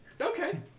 okay